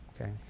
okay